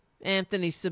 Anthony